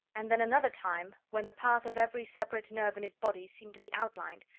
and then another time when the path of every separate nerve in his body seemed to be outlined,